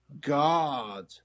God